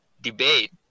debate